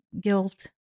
guilt